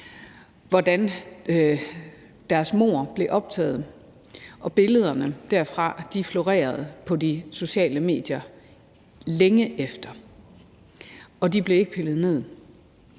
hvordan mordene blev optaget på film og billederne derfra florerede på de sociale medier længe efter; de blev ikke pillet ned.